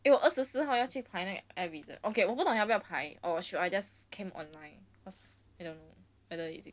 eh 我二十四号要去排那个 airism 的 okay 我不懂你要不要排 or should I just camp online cause you don't know whether is it